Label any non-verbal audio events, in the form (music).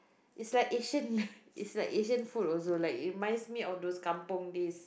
it's like Asian (laughs) it's like Asian food also like it reminds me of those kampung days